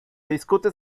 discute